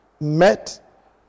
met